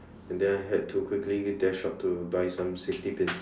and then I had to quickly dash out to buy some safety pins